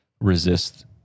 resist